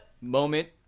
moment